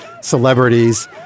celebrities